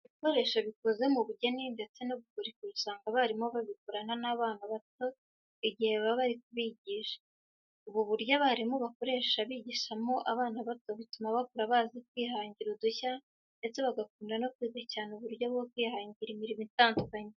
Ibikoresho bikoze mu bugeni ndetse n'ubukorikori usanga abarimu babikorana n'abana bato igihe baba bari kubigisha. Ubu buryo abarimu bakoresha bigishamo abana bato, butuma bakura bazi kwihangira udushya ndetse bagakunda no kwiga cyane uburyo bwo kwihangira imirimo itandukanye.